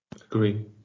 Agree